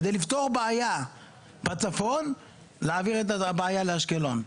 כדי לפתור בעיה בצפון ולהעביר את הבעיה לאשקלון.